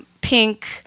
pink